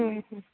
ಹ್ಞೂ ಹ್ಞೂ